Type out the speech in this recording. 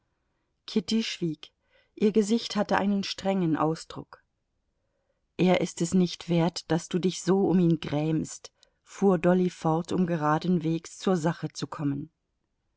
kitty schwieg ihr gesicht hatte einen strengen ausdruck er ist nicht wert daß du dich so um ihn grämst fuhr dolly fort um geradenwegs zur sache zu kommen